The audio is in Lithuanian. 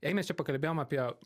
jei mes čia pakalbėjom apie